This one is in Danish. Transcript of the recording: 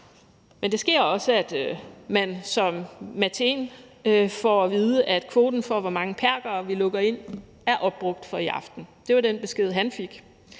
Men det sker også, at man som Mateen får at vide: Kvoten for, hvor mange perkere vi lukker ind, er opbrugt for i aften. Det var den besked, han fik.